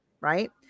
Right